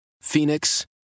Phoenix